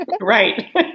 Right